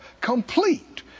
Complete